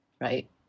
right